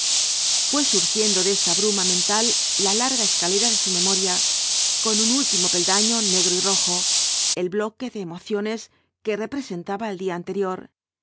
fué surgiendo de esta bruma mental la larga escalera de su memoria con un último peldaño negro y rojo el bloque de emociones que representaba el día anterior